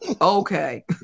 okay